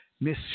Miss